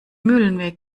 mühlenweg